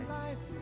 life